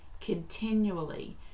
continually